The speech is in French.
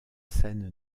seine